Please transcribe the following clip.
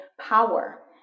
power